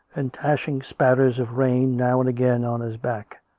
and dashing spatters of rain now and again on his back,